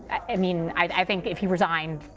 i mean, i think if he resigned,